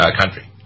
country